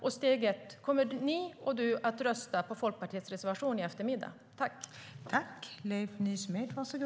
Första steget är om ni kommer att rösta ja till Folkpartiets reservation i eftermiddag.